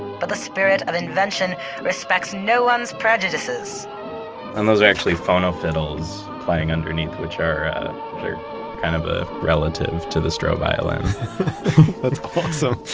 but the spirit of invention respects no one's prejudices and those are actually phonofiddles playing underneath which are kind of a relative to the stroh violin that's awesome.